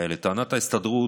לטענת ההסתדרות,